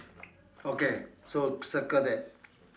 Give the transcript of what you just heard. okay so circle that